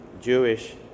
Jewish